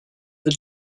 for